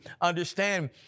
Understand